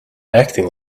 acting